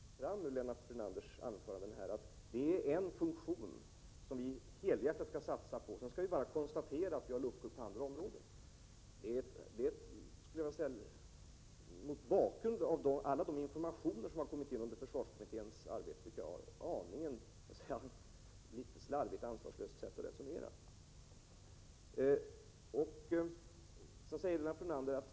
Herr talman! En kedja är inte starkare än sin svagaste länk. Jag vill fråga om centerpartiet verkligen står för den syn som framkom här under Lennart Brunanders inlägg, nämligen att vi skall satsa helhjärtat på en funktion och sedan bara konstatera att vi har luckor på andra områden. Mot bakgrund av all den information som har framkommit av försvarskommitténs arbete tycker jag att detta sätt att resonera är en aning slarvigt och ansvarslöst.